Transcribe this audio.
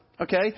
Okay